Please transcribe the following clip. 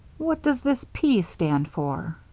what does this p stand for?